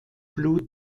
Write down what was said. blue